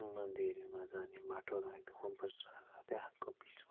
मन्दिरमा जाने बाटोहरू एकदम मनपर्छ र त्यहाँको विश्वास